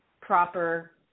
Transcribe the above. proper